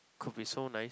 could be so nice